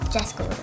Jessica